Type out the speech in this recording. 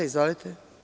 Izvolite.